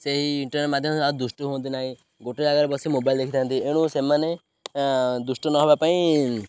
ସେଇ ଇଣ୍ଟରନେଟ୍ ମାଧ୍ୟମରେ ଦୁଷ୍ଟ ହୁଅନ୍ତି ନାହିଁ ଗୋଟେ ଜାଗାରେ ବସି ମୋବାଇଲ ଦେଖିଥାନ୍ତି ଏଣୁ ସେମାନେ ଦୁଷ୍ଟ ନ ହେବା ପାଇଁ